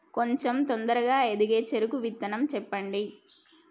కొంచం తొందరగా ఎదిగే చెరుకు విత్తనం చెప్పండి?